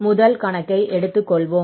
முதல் கணக்கை எடுத்து கொள்வோம்